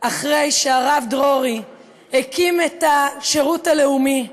אחרי שהרב דרורי הקים את השירות הלאומי,